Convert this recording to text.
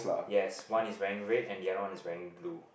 yes one is wearing red and the other one is wearing blue